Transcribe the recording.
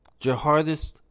jihadist